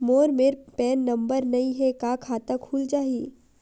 मोर मेर PAN number नई हे का खाता खुल जाही?